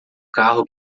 carro